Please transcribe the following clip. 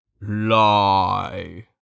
Lie